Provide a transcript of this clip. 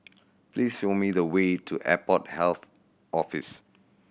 please show me the way to Airport Health Office